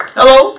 Hello